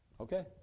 Okay